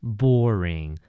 boring